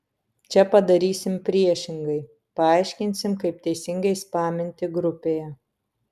čia padarysim priešingai paaiškinsim kaip teisingai spaminti grupėje